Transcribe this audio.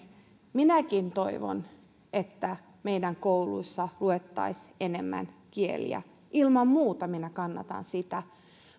minäkin toivon että meidän kouluissamme luettaisiin enemmän kieliä ilman muuta minä kannatan sitä